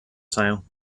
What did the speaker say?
sale